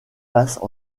passent